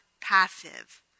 passive